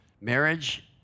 Marriage